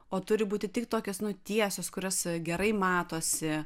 o turi būti tik tokios nu tiesios kurios gerai matosi